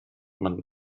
man